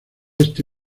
este